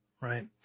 Right